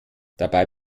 dabei